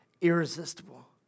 irresistible